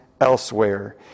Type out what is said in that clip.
elsewhere